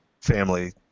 family